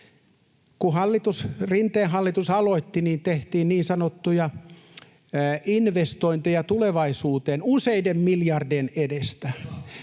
Kun Rinteen hallitus aloitti, niin tehtiin niin sanottuja investointeja tulevaisuuteen useiden miljardien edestä.